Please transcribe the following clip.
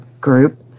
group